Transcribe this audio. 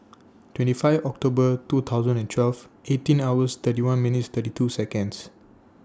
twenty five October two thousand and twelve eighteen hours thirty one minutes thirty two Seconds